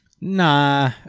Nah